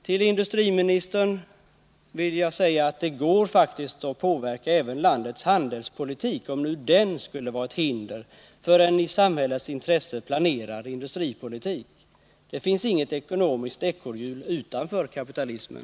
Till industriministern vill jag säga att det faktiskt går att påverka även landets handelspolitik, om nu den skulle vara ett hinder för en i samhällets intresse planerad industripolitik. Det finns inget ekonomiskt ekorrhjul utanför kapitalismen.